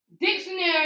dictionary